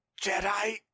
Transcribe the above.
Jedi